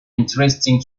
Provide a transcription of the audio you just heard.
interesting